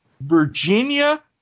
Virginia